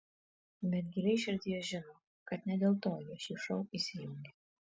bet giliai širdyje žino kad ne dėl to jie šį šou įsijungia